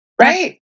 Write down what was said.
Right